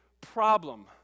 problem